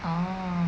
orh